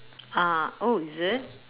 uh oh is it